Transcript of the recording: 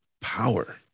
power